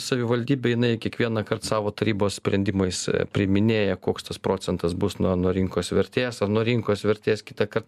savivaldybė jinai kiekvienąkart savo tarybos sprendimais priiminėjakoks tas procentas bus nuo nuo rinkos vertės ar nuo rinkos vertės kitąkart